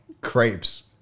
Crepes